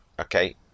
okay